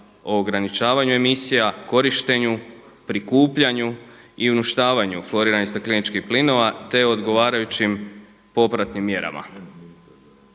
ograničavanju emisija, korištenju, prikupljanju i uništavanju floriranih stakleničkih plinova, te odgovarajućim popratnim mjerama.